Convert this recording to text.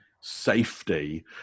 safety